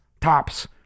tops